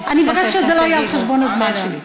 אני מבקשת שזה לא יהיה על חשבון הזמן שלי.